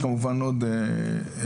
יש כמובן עוד טענות,